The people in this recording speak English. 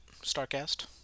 StarCast